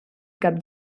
cap